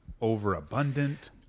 overabundant